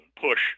push